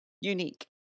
unique